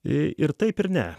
ir taip ir ne